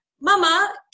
mama